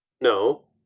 No